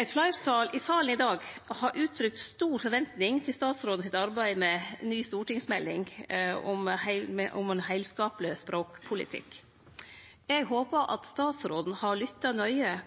Eit fleirtal i salen i dag har uttrykt stor forventing til statsråden sitt arbeid med ny stortingsmelding om ein heilskapleg språkpolitikk. Eg håpar at statsråden har lytta nøye